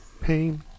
Pain